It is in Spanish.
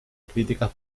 críticas